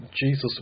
Jesus